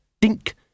Dink